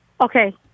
Okay